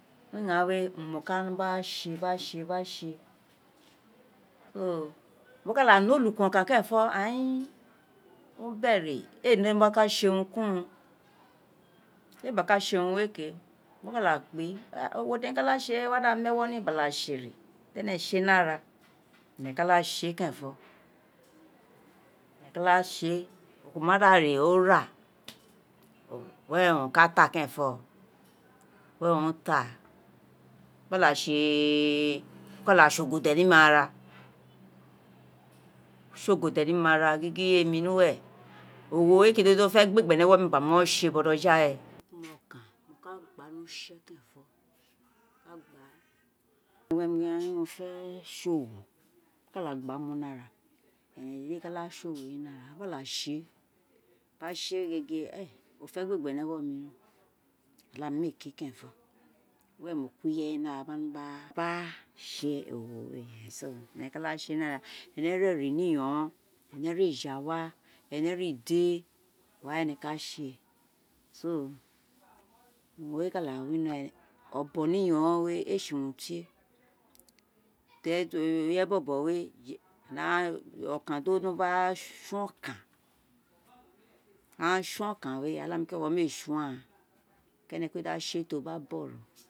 Ighaani wé owun ka no gba sé gba sé mo ka da ne olukun okan kerenfọ o gin o bẹ ré éè ne urun ki urun ti o wino gba sé urun ki urun, ti é gba ka sé urun wé ké, o ka do kpé, owoti emi ka da sé wá wa di ene mu ewo gba da sé, di ẹnẹ ṣe ni ara aka da sé è keren fo, to da sé è o ma da ré o ra were owun o ka ta keren fo, wẹrẹ owun o ta, ti o gba da sé odo dẹ ni mara sé ogode ni mara gingin emi ni uwe owo wé kiti di o fe gbé gbe ni ewo mi gba mọ ṣe bojọ ghawé o nẹ okau o gbáà ni use kerenfo, o gin o fe sé owo mo ka mu ni eren, ba sé gégé ren o fe gbé gbe ni awọ mi oláà mi méè ké kerenfọ ẹnẹ é ka da sé owo wé è, ẹnẹ éka séè ni ara, aghan gbé eja wa ene ra idé, owun ẹnẹ ka sé, owo wé ni obon ni iyonghan, then ireyé bobo wé then aghan ti o ka sé use okan aghan fun okan wé oláàmi keren méè son aghan